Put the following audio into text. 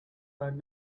heard